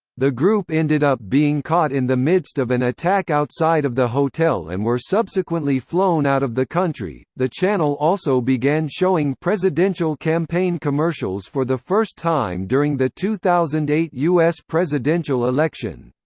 the group ended up being caught in the midst of an attack outside of the hotel and were subsequently flown out of the country the channel also began showing presidential campaign commercials for the first time during the two thousand and eight us presidential election.